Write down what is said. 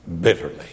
bitterly